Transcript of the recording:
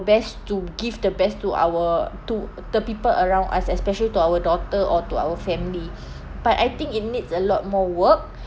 best to give the best to our to the people around us especially to our daughter or to our family but I think it needs a lot more work